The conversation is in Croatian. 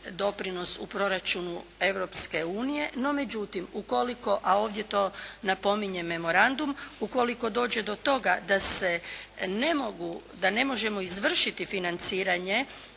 doprinos u proračunu Europske unije, no međutim ukoliko, a ovdje to napominje memorandum, ukoliko dođe do toga da se ne mogu, da ne možemo izvršiti financiranje